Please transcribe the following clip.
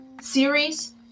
series